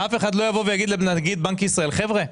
ואף אחד לא יבוא ויגיד לנגיד בנק ישראל חבר'ה,